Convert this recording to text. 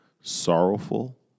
Sorrowful